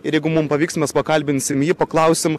ir jeigu mum pavyks mes pakalbinsim jį paklausim